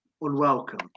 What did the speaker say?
unwelcome